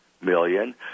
million